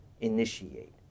initiate